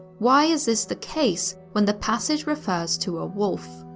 why is this the case when the passage refers to a wolf?